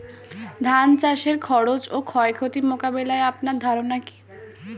ধান চাষের খরচ ও ক্ষয়ক্ষতি মোকাবিলায় আপনার ধারণা কী?